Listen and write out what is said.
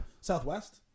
southwest